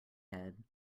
head